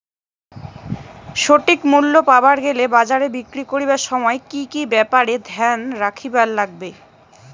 সঠিক মূল্য পাবার গেলে বাজারে বিক্রি করিবার সময় কি কি ব্যাপার এ ধ্যান রাখিবার লাগবে?